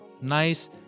nice